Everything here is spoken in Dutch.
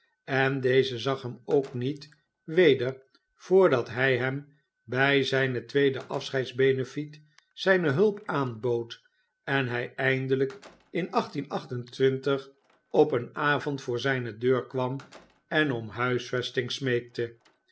en deze zag hem ook niet weder voordat hij hem bij zijne twee afscheidsbenefieten zijne hulp aanbood en hij eindelyk in op een avond voor zijne deur kwam en om huisvesting smeekte